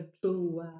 true